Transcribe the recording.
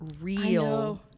real